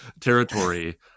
territory